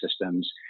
systems